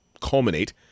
culminate